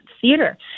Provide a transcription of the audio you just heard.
theater